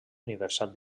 universal